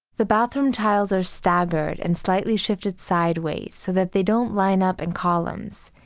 the bathroom tiles are staggered and slightly shifted sideways so that they don't line up in columns.